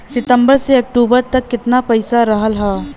सितंबर से अक्टूबर तक कितना पैसा रहल ह?